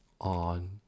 on